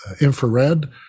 infrared